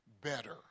better